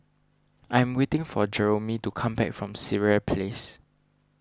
I am waiting for Jeromy to come back from Sireh Place